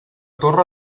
torre